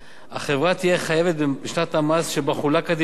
החברה תהיה חייבת בשנת המס שבה חולק הדיבידנד